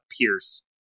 pierce